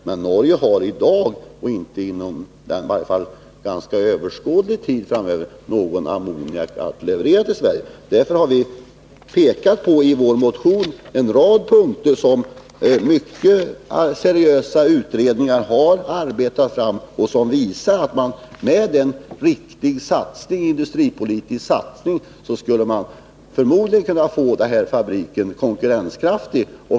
Men Norge har varken i dag eller inom överskådlig tid framöver någon ammoniak att leverera till Sverige. Därför har vi i vår motion pekat på en rad punkter som mycket seriösa utredningar har arbetat fram och som visar att vi med en riktig industripolitisk satsning förmodligen skulle kunna göra fabriken konkurrenskraftig.